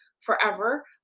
forever